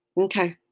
Okay